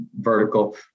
vertical